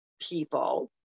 people